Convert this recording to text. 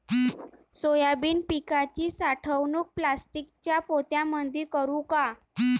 Soybean पिकाची साठवणूक प्लास्टिकच्या पोत्यामंदी करू का?